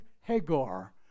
Hagar